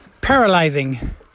paralyzing